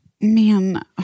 Man